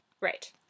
Right